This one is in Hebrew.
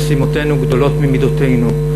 משימותינו גדולות ממידותינו,